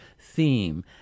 theme